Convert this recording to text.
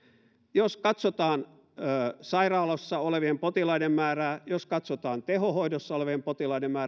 jos katsotaan sairaalassa olevien potilaiden määrää jos katsotaan tehohoidossa olevien potilaiden määrä